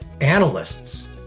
analysts